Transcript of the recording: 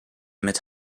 mit